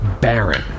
Baron